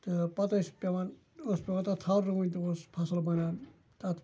تہٕ پَتہٕ ٲسۍ پٮ۪وان ٲس پٮ۪وان تَتھ تھَل رُوٕنۍ تہٕ اوس فصٕل بَنان تَتھ